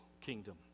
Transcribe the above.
kingdom